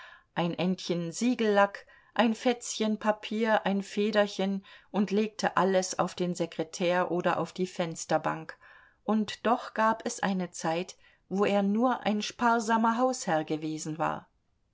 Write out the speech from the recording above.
ein endchen siegellack ein fetzchen papier ein federchen und legte alles auf den sekretär oder auf die fensterbank und doch gab es eine zeit wo er nur ein sparsamer hausherr gewesen war